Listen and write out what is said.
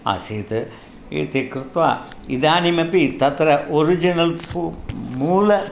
आसीत् इति कृत्वा इदानीमपि तत्र ओरिजिनल् फु मूलम्